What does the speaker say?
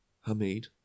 Hamid